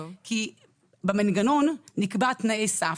כי במנגנון נקבעו תנאי סף,